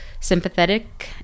sympathetic